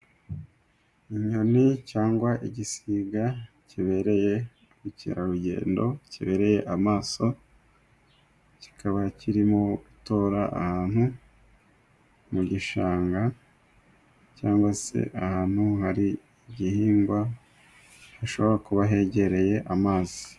Inyoni cyangwa igisiga kibereye ubukerarugendo, kibereye amaso. Kikaba kirimo gutora ahantu mu gishanga cyangwa se ahantu hari igihingwa hashobora kuba hegereye amazi.